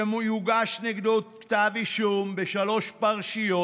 שיוגש נגדו כתב אישום בשלוש פרשיות,